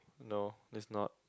no it's not